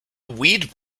weed